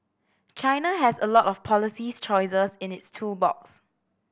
China has a lot of policy choices in its tool box